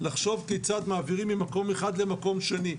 והיה צריך לחשוב כיצד מעבירים ממקום למקום שני.